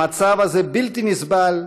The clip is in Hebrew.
המצב הזה בלתי נסבל,